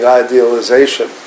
idealization